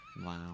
Wow